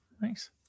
Thanks